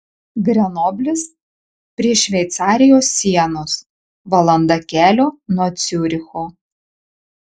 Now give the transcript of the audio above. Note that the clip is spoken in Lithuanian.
grenoblis prie šveicarijos sienos valanda kelio nuo ciuricho